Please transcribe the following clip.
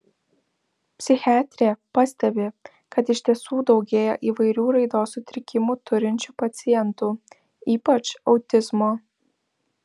psichiatrė pastebi kad iš tiesų daugėja įvairių raidos sutrikimų turinčių pacientų ypač autizmo